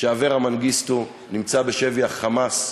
שאברה מנגיסטו נמצא בשבי ה"חמאס",